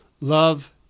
love